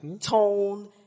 tone